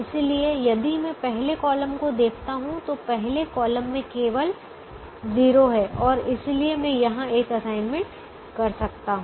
इसलिए यदि मैं पहले कॉलम को देखता हूं तो पहले कॉलम में केवल 0 है और इसलिए मैं यहां एक असाइनमेंट कर सकता हूं